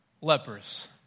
lepers